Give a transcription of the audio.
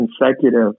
consecutive